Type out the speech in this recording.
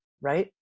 right